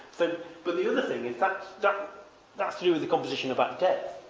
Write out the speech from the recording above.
the but the other thing in fact that's to do with the composition about death.